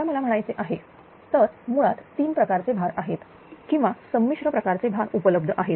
आता मला काय म्हणायचे आहे तर मुळात 3 प्रकारचे भार आहेत किंवा संमिश्र प्रकारचे भाग उपलब्ध आहेत